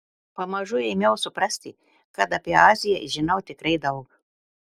pamažu ėmiau suprasti kad apie aziją žinau tikrai daug